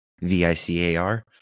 V-I-C-A-R